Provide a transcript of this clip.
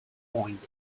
point